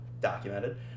documented